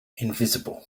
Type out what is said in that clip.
invisible